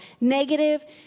Negative